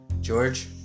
George